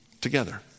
together